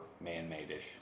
man-made-ish